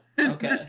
okay